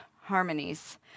harmonies